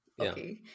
Okay